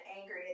angry